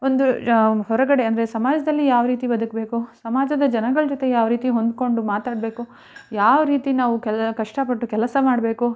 ಒಂದು ಹೊರಗಡೆ ಅಂದರೆ ಸಮಾಜದಲ್ಲಿ ಯಾವ ರೀತಿ ಬದುಕಬೇಕು ಸಮಾಜದ ಜನಗಳ ಜೊತೆ ಯಾವ ರೀತಿ ಹೊಂದಿಕೊಂಡು ಮಾತಾಡಬೇಕು ಯಾವ ರೀತಿ ನಾವು ಕೆಲ ಕಷ್ಟಪಟ್ಟು ಕೆಲಸ ಮಾಡಬೇಕು